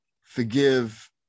forgive